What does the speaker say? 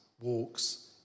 walks